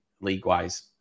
league-wise